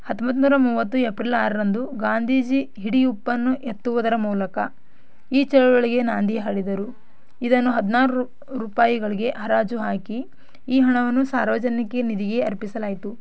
ಹತ್ತೊಂಬತ್ತು ನೂರ ಮೂವತ್ತು ಏಪ್ರಿಲ್ ಆರರಂದು ಗಾಂಧೀಜಿ ಹಿಡಿ ಉಪ್ಪನ್ನು ಎತ್ತುವುದರ ಮೂಲಕ ಈ ಚಳುವಳಿಗೆ ನಾಂದಿ ಹಾಡಿದರು ಇದನ್ನು ಹದಿನಾರು ರೂಪಾಯಿಗಳಿಗೆ ಹರಾಜು ಹಾಕಿ ಈ ಹಣವನ್ನು ಸಾರ್ವಜನಿಕ ನಿಧಿಗೆ ಅರ್ಪಿಸಲಾಯಿತು